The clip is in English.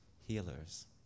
healers